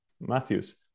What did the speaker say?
Matthews